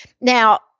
now